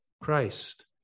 Christ